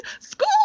school